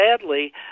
Sadly